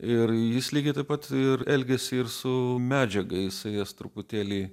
ir jis lygiai taip pat ir elgiasi ir su medžiaga jisai jas truputėlį